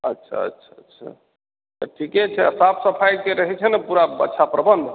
अच्छा अच्छा अच्छा तऽ ठीके छै साफ सफाइके रहै छै ने पूरा अच्छा प्रबन्ध